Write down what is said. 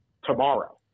tomorrow